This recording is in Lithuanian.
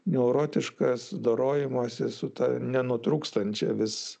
neurotiškas dorojamasi su ta nenutrūkstančia vis